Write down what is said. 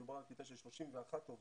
מדובר על קליטה של 31 עובדים.